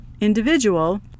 individual